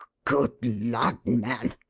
good lud, man!